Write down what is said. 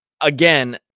again